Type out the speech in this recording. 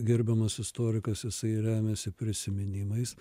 gerbiamas istorikas jisai remiasi prisiminimais